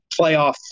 playoff